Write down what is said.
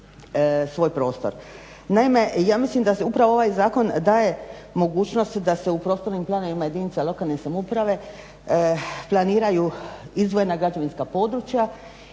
svoj prostor. Naime, ja mislim da upravo ovaj zakon daje mogućnost da se u prostornim planovima jedinica lokalne samouprave planiraju izdvojena građevinska područja